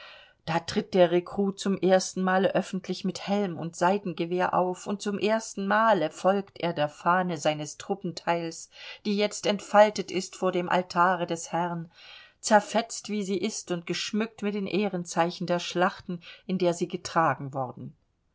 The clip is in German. da tritt der rekrut zum erstenmale öffentlich mit helm und seitengewehr auf und zum erstenmale folgt er der fahne seines truppenteils die jetzt entfaltet ist vor dem altare des herrn zerfetzt wie sie ist und geschmückt mit dem ehrenzeichen der schlachten in der sie getragen worden